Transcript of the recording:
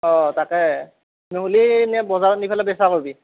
অঁ তাকে নহ'লি নে বজাৰত নি ফেলে বেচা কৰবি